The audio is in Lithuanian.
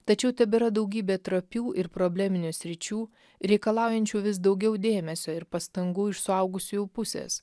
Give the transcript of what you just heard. tačiau tebėra daugybė trapių ir probleminių sričių reikalaujančių vis daugiau dėmesio ir pastangų iš suaugusiųjų pusės